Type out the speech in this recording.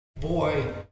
boy